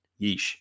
Yeesh